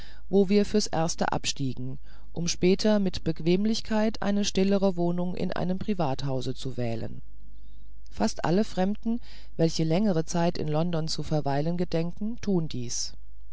wo wir für's erste abstiegen um späterhin mit bequemlichkeit eine stillere wohnung in einem privathause zu wählen fast alle fremden welche längere zeit in london zu verweilen gedenken tun dies